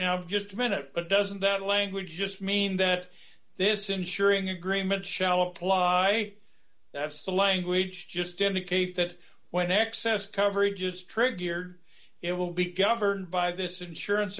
now just a minute but doesn't that language just mean that this ensuring agreement shall apply that's the language just indicate that when excess coverage is triggered it will be covered by this insurance